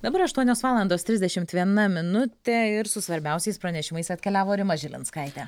dabar aštuonios valandos trisdešimt viena minutė ir su svarbiausiais pranešimais atkeliavo rima žilinskaitė